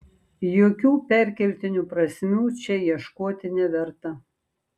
jokių perkeltinių prasmių čia ieškoti neverta